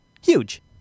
huge